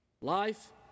Life